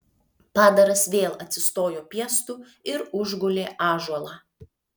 padaras vėl atsistojo piestu ir užgulė ąžuolą